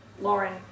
Lauren